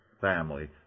family